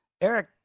Eric